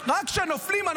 רק כשהם נופלים,